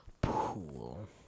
pool